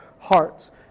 hearts